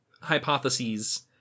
hypotheses